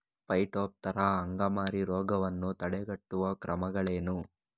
Phytophthora ಅಂಗಮಾರಿ ರೋಗವನ್ನು ತಡೆಗಟ್ಟುವ ಕ್ರಮಗಳೇನು?